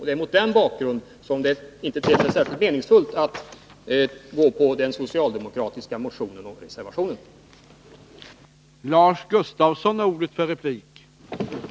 Det är mot denna bakgrund som det inte ter sig särskilt meningsfullt att stödja den socialdemokratiska motionen och reservationen på denna punkt.